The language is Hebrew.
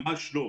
ממש לא,